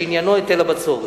שעניינו היטל הבצורת.